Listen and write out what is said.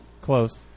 Close